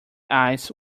ice